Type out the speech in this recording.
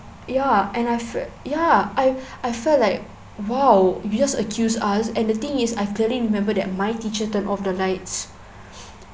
ya and I ya I I felt like !wow! you just accused us and the thing is I clearly remember that my teacher turn off the lights